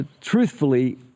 truthfully